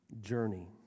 journey